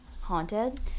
haunted